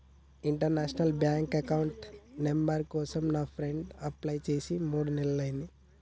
international bank account number కోసం నా friend apply చేసి మూడు నెలలయ్యింది